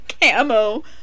camo